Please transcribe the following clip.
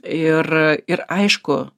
ir ir aišku